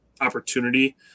opportunity